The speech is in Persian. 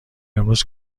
امروز